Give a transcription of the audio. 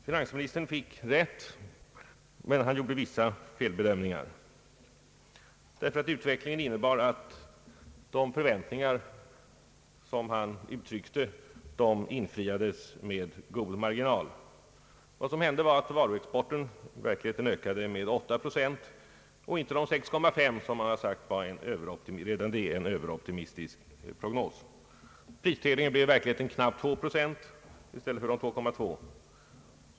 Finansministern fick rätt, även han gjorde vissa felbedömningar. Utvecklingen innebar nämligen att de förväntningar som han hade uttryckt infriades med god marginal. Vad som hände var att varuexporten ökade med 3 procent och inte 6,5 — man hade sagt att redan det var en överoptimistisk prognos. Prisstegringen blev i verkligheten knappt 2 procent i stället för 2,2.